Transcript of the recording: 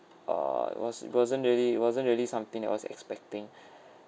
uh it was it wasn't really it wasn't really something that I was expecting